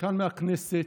כאן מהכנסת,